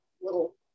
little